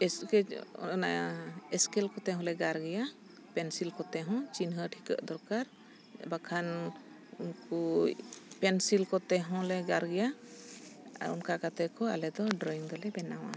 sketch ᱚᱱᱟ scale ᱠᱚᱛᱮ ᱦᱚᱸᱞᱮ ᱜᱟᱨ ᱜᱮᱭᱟ ᱯᱮᱱᱥᱤᱞ ᱠᱚᱛᱮ ᱦᱚᱸ ᱪᱤᱱᱦᱟᱹ ᱴᱷᱤᱠᱟᱹᱜ ᱫᱚᱨᱠᱟᱨ ᱵᱟᱠᱷᱟᱱ ᱩᱱᱠᱩ ᱯᱮᱱᱥᱤᱞ ᱠᱚᱛᱮ ᱦᱚᱸᱞᱮ ᱜᱟᱨ ᱜᱮᱭᱟ ᱟᱨ ᱚᱱᱠᱟ ᱠᱟᱛᱮ ᱠᱚ ᱟᱞᱮ ᱫᱚ ᱰᱨᱚᱭᱤᱝ ᱫᱚᱞᱮ ᱵᱮᱱᱟᱣᱟ